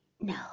No